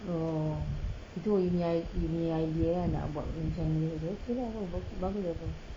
oh itu ini idea nak buat macam mana gitu okay lah bagus ah tu